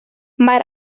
mae